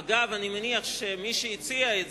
אגב, אני מניח שמי שהציע את